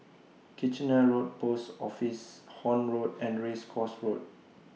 Kitchener Road Post Office Horne Road and Race Course Road